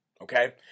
Okay